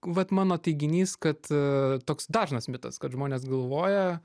vat mano teiginys kad toks dažnas mitas kad žmonės galvoja